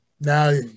Now